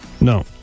No